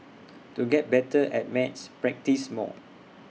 to get better at maths practise more